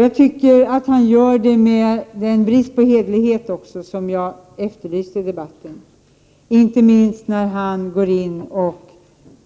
Jag tycker också att han gör det med brist på den hederlighet som jag efterlyste i debatten, inte minst när han